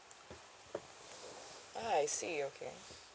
ah I see okay